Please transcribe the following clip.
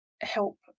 help